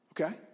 Okay